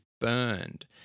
burned